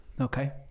Okay